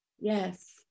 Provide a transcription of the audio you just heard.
Yes